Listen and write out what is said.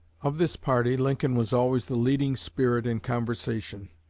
of this party lincoln was always the leading spirit in conversation.